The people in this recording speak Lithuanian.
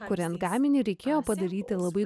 kuriant gaminį reikėjo padaryti labai